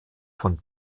von